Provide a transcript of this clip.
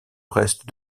reste